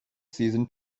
season